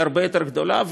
היא הרבה יותר גדולה,